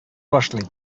башлый